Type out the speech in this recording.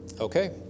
Okay